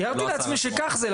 תיארתי לעצמי שכך זה,